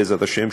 בעזרת השם,